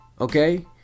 Okay